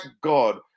God